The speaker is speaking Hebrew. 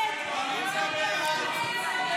סעיף